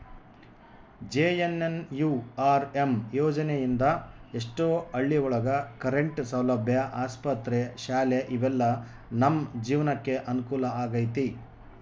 JNNURM ಯೋಜನೆ ಇಂದ ಎಷ್ಟೋ ಹಳ್ಳಿ ಒಳಗ ಕರೆಂಟ್ ಸೌಲಭ್ಯ ಆಸ್ಪತ್ರೆ ಶಾಲೆ ಇವೆಲ್ಲ ನಮ್ ಜೀವ್ನಕೆ ಅನುಕೂಲ ಆಗೈತಿ